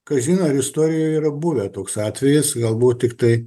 kažin ar istorijoje yra buvę toks atvejis galbūt tiktai